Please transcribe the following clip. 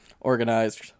organized